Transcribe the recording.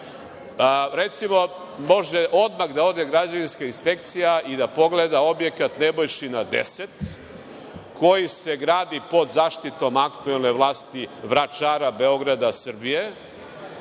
Recimo, može odmah da ode građevinska inspekcija i da pogleda objekat Nebojšina 10, koji se gradi pod zaštitom aktuelne vlasti Vračara, Beograda, Srbije,